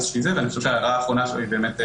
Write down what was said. אני חושב שהערה אחרונה שלו היא באמת נכונה.